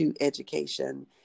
education